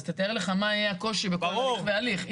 אז תתאר לך מה יהיה הקושי בכל הליך והליך.